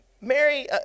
Mary